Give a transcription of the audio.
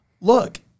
look